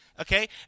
Okay